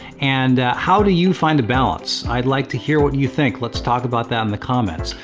and how do you find a balance? i'd like to hear what you think. let's talk about that in the comments.